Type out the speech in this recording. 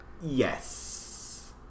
Yes